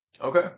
Okay